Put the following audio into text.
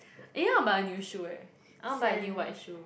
eh I want buy a new shoe eh I want buy a new white shoe